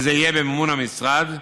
וזה יהיה במימון המשרד.